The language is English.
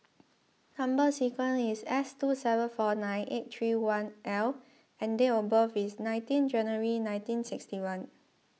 Number Sequence is S two seven four nine eight three one L and date of birth is nineteen January nineteen sixty one